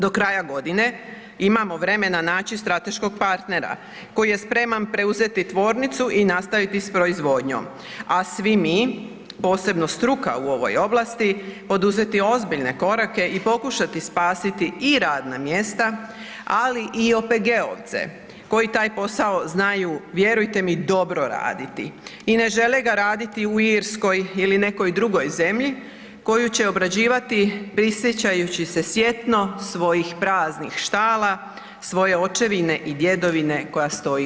Do kraja godine imamo vremena naći strateškog partnera koji je spreman preuzeti tvornicu i nastaviti s proizvodnjom, a svi mi, posebno struka u ovoj oblasti, poduzeti ozbiljne korake i pokušati spasiti i radna mjesta, ali i OPG-ovce koji taj posao znaju, vjerujte mi, dobro raditi i ne žele ga raditi u Irskoj ili nekoj drugoj zemlji koju će obrađivati prisjećajući se sjetno svojih praznih štala, svoje očevine i djedovine koja stoji u